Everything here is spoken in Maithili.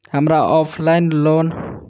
हमरा ऑफलाइन लोन लेबे के उपाय बतबु?